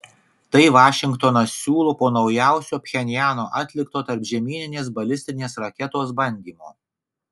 tai vašingtonas siūlo po naujausio pchenjano atlikto tarpžemyninės balistinės raketos bandymo